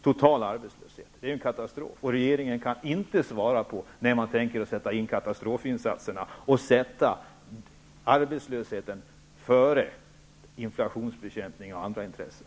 Det är ju en katastrof, och regeringen kan inte svara på frågan när man tänker sätta in katastrofinsatserna -- och sätta kampen mot arbetslösheten före inflationsbekämpning och andra intressen.